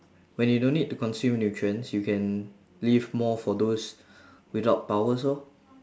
when you don't need to consume nutrients you can live more for those without powers lor